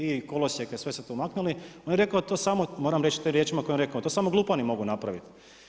I kolosijeke, sve su to maknuli, on je rekao to samo, moram reći tim riječima kojima je rekao: To samo glupani mogu napraviti.